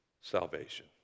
salvation